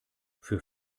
für